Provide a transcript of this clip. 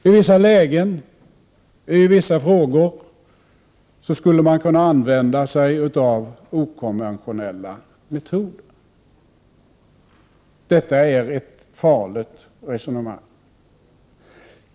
I vissa lägen och i vissa frågor skulle man enligt honom kunna använda sig av okonventionella metoder. Detta är ett farligt resonemang.